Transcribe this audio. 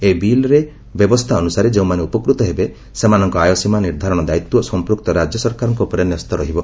ଏହି ବିଲ୍ର ବ୍ୟବସ୍ଥା ଅନୁସାରେ ଯେଉଁମାନେ ଉପକୃତ ହେବେ ସେମାନଙ୍କ ଆୟ ସୀମା ନିର୍ଦ୍ଧାରଣ ଦାୟିତ୍ୱ ସମ୍ପୃକ୍ତ ରାଜ୍ୟ ସରକାରଙ୍କ ଉପରେ ନ୍ୟସ୍ତ ରହିବ